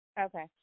Okay